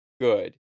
good